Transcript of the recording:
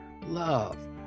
love